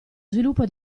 sviluppo